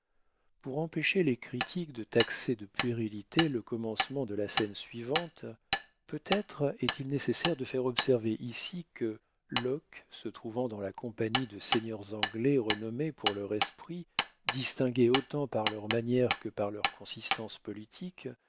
pour empêcher les critiques de taxer de puérilité le commencement de la scène suivante peut-être est-il nécessaire de faire observer ici que locke se trouvant dans la compagnie de seigneurs anglais renommés pour leur esprit distingués autant par leurs manières que par leur consistance politique